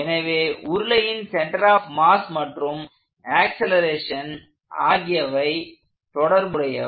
எனவே உருளையின் centre of mass மற்றும் ஆக்சலேரேஷன் ஆகியவை தொடர்புடையவை